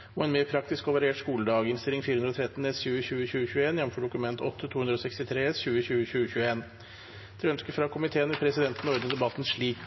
i en proposisjon om permanente endringer. Jeg håper det oppklarer saken, og med det takker jeg for oppmerksomheten. Flere har ikke bedt om ordet til sak nr.10. Ingen har bedt om ordet. Etter ønske fra kommunal- og forvaltningskomiteen vil presidenten ordne debatten slik: